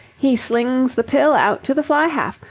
he slings the pill out to the fly-half,